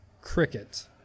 cricket